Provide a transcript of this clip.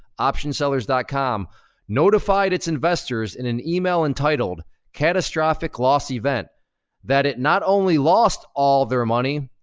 optionsellers dot com notified its investors in an email entitled catastrophic loss event that it not only lost all their money,